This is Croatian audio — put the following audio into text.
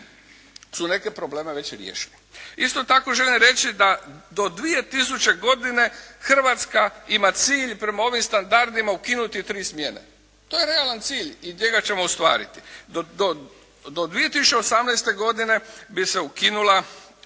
su neke probleme već riješili. Isto tako želim reći da do 2000. godine Hrvatska ima cilj prema ovim standardima ukinuti tri smjene. To je realan cilj i njega ćemo ostvariti. Do 2018. godine bi se ukinula